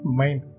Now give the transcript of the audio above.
mind